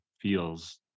feels